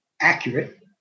accurate